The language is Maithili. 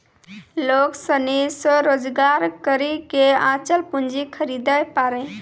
लोग सनी स्वरोजगार करी के अचल पूंजी खरीदे पारै